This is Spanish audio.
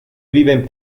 viven